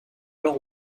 alors